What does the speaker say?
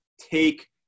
take –